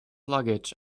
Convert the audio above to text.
luggage